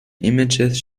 images